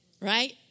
right